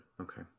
Okay